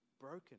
broken